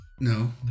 No